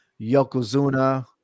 Yokozuna